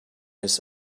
his